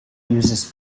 uses